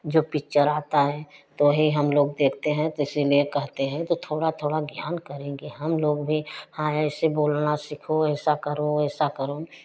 जो पीक्चर आता है तो ही हम लोग देखते हैं तो इसलिए कहते हैं कि थोड़ा थोड़ा ध्यान करेंगे हम लोग भी हाँ ऐसे बोलना सीखो ऐसा करो वैसा करो